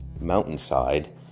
mountainside